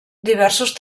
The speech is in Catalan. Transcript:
diversos